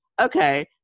okay